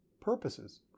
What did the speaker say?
purposes